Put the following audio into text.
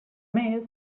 més